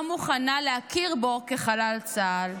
לא מוכנה להכיר בו כחלל צה"ל,